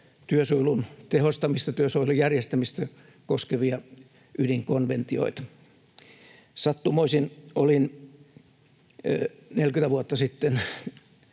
työsuojelun tehostamista, työsuojelun järjestämistä koskevia, ydinkonventioita. Sattumoisin olin 40 vuotta sitten